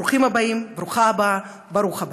ברוכים הבאים, ברוכה הבאה, ברוך הבא.